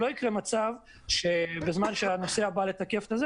שלא יקרה מצב שבזמן שהנוסע בא לתקף את הנסיעה,